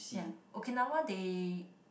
ya Okinawa they